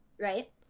Right